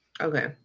okay